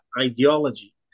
ideology